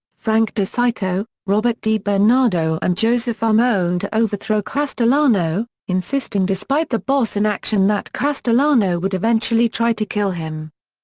frank decicco, robert dibernardo and joseph armone to overthrow castellano, insisting despite the boss' inaction that castellano would eventually try to kill him.